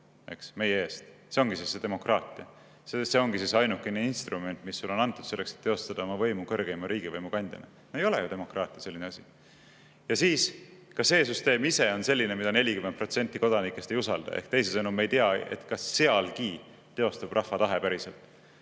meie eest? See ongi siis see demokraatia, see ongi ainukene instrument, mis sulle on antud selleks, et teostada oma võimu kõrgeima riigivõimu kandjana. Ei ole ju demokraatia selline asi. Ja ka see süsteem ise on selline, mida 40% kodanikest ei usalda. Ehk teisisõnu, me ei tea, kas sealgi teostub rahva tahe päriselt